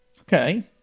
Okay